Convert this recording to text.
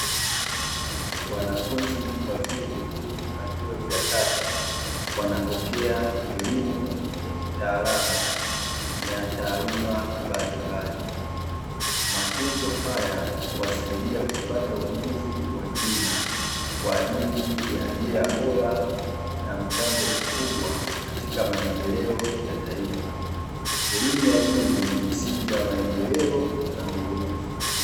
Wanafunzi wa vyuo vikuu na vyuo vya kati wanapokea elimu ya kitaalamu na ya taaluma mbalimbali. Mafunzo hayo huwasaidia kupata ujuzi wa kina kwa ajili ya ajira bora na mchango mkubwa katika taifa. Elimu ya juu ni msingi wa maendeleo na ubunifu.